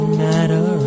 matter